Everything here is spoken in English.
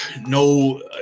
No